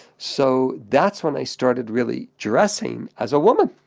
so, that's when i started really dressing as a woman.